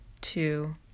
two